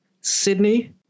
Sydney